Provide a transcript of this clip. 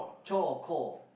chore or chore